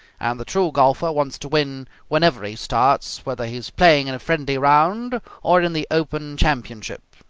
and the true golfer wants to win whenever he starts, whether he is playing in a friendly round or in the open championship.